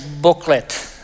booklet